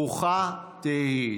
ברוכה תהיי.